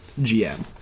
GM